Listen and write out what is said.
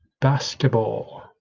basketball